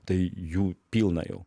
tai jų pilna jau